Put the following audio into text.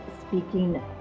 speaking